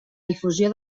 difusió